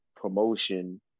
promotion